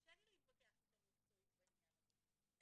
קשה לי להתווכח איתם מקצועית בעניין הזה.